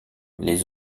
les